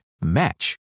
match